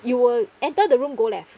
you will enter the room go left